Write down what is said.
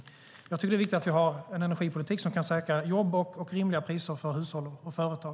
Jag tycker att det är viktigt att vi har en energipolitik som kan säkra jobb och rimliga priser för hushåll och företag.